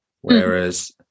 whereas